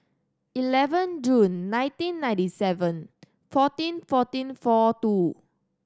eleven June nineteen ninety seven fourteen fourteen four two